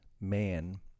man